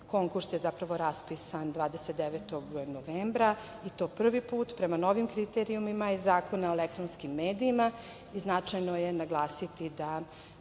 konkurs je zapravo raspisan 29. novembra i to prvi put, prema novim kriterijumima i Zakona o elektronskim medijima i značajno je naglasiti da